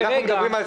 לא ייאמן.